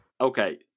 Okay